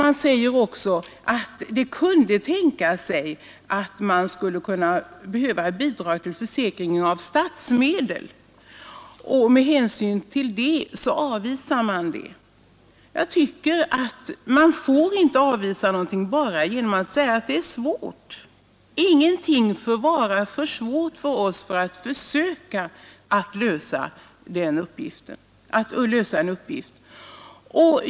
Man säger också att det kunde tänkas att det skulle behövas bidrag av statsmedel till försäkringen och med hänsyn till det avvisar man förslaget. Men vi får inte avvisa något bara genom att säga att det är svårt. Ingen uppgift får vara för svår för oss att försöka lösa.